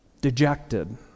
dejected